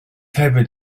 hefyd